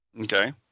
Okay